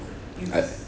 I